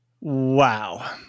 Wow